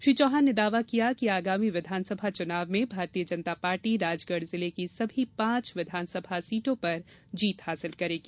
श्री चौहान ने दावा किया कि आगामी विधानसभा चुनाव में भारतीय जनता पार्टी राजगढ़ जिले की सभी पांच विधानसभा सीटों पर जीत हासिल करेंगी